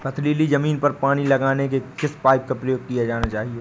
पथरीली ज़मीन पर पानी लगाने के किस पाइप का प्रयोग किया जाना चाहिए?